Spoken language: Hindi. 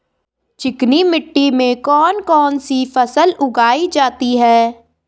चिकनी मिट्टी में कौन कौन सी फसल उगाई जाती है?